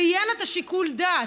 ויהיה לה את שיקול הדעת.